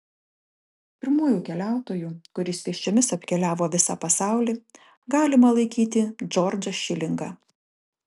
pirmuoju keliautoju kuris pėsčiomis apkeliavo visą pasaulį galima laikyti džordžą šilingą